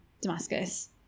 Damascus